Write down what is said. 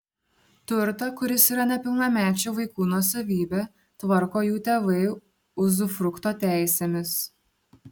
turtą kuris yra nepilnamečių vaikų nuosavybė tvarko jų tėvai uzufrukto teisėmis